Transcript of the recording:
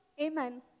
amen